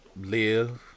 live